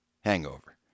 hangover